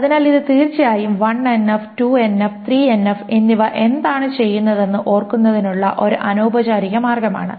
അതിനാൽ ഇത് തീർച്ചയായും 1NF 2NF 3NF എന്നിവ എന്താണ് ചെയ്യുന്നതെന്ന് ഓർക്കുന്നതിനുള്ള ഒരു അനൌപചാരിക മാർഗ്ഗമാണ്